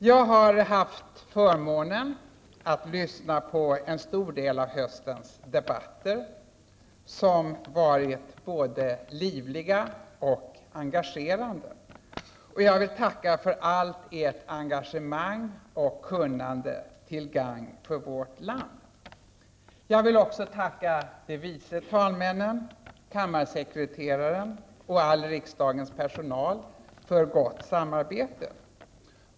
Jag har haft förmånen att lyssna på en stor del av höstens debatter som varit både livliga och engagerande. Jag vill tacka för allt ert engagemang och kunnande till gagn för vårt land. Jag vill också tacka de vice talmännen, kammarsekreteraren och all riksdagens personal för gott samarbete.